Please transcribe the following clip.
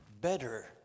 better